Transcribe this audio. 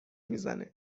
میزنه